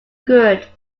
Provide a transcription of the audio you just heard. good